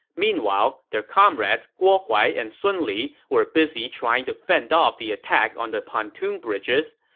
meanwhile, their comrades guo huai and sun li were busy trying to fend off the attack on the pontoon bridges.